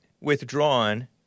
withdrawn